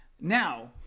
Now